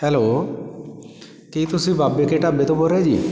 hello ਕੀ ਤੁਸੀਂ ਬਾਬੇ ਕੇ ਢਾਬੇ ਤੋਂ ਬੋਲ ਰਹੇ ਜੀ